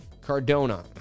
Cardona